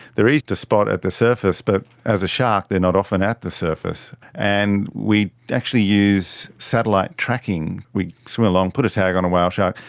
they are easy to spot at the surface but as a shark they are not often at the surface. and we actually use satellite tracking, we swim along, we put a tag on a whale shark,